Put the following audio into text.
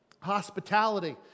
hospitality